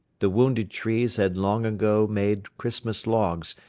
the wounded trees had long ago made christmas logs,